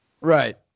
Right